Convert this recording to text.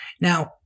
now